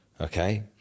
okay